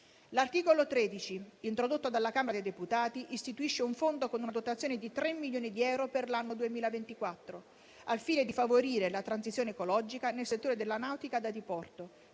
L'articolo 13, introdotto dalla Camera dei deputati, istituisce un fondo con una dotazione di 3 milioni di euro per l'anno 2024, al fine di favorire la transizione ecologica nel settore della nautica da diporto,